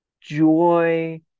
joy